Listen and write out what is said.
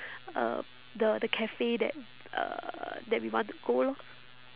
uh the the cafe that uh that we want to go lor